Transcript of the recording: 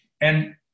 And-